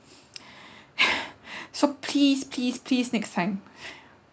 so please please please next time